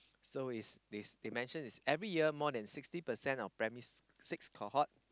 so is is they mention is every year more than sixty percent of primary six cohort